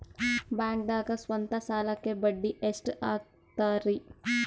ಬ್ಯಾಂಕ್ದಾಗ ಸ್ವಂತ ಸಾಲಕ್ಕೆ ಬಡ್ಡಿ ಎಷ್ಟ್ ಹಕ್ತಾರಿ?